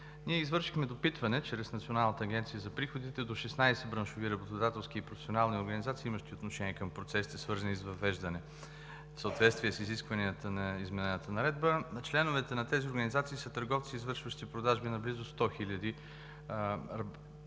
Ние извършихме допитване чрез Националната агенция за приходите до 16 браншови работодателски и професионални организации, имащи отношение към процесите, свързани с въвеждане в съответствие с изискванията на изменената наредба. Членовете на тези организации са търговци, извършващи продажби на близо 100 хиляди работни